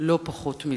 לא פחות מזה.